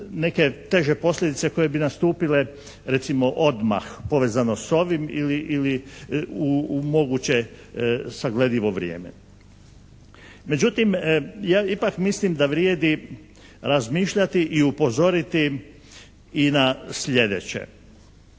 neke teže posljedice koje bi nastupile, recimo odmah, povezano s ovim ili u moguće sagledivo vrijeme. Međutim, ja ipak mislim da vrijedi razmišljati i upozoriti i na sljedeće.